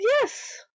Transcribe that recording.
Yes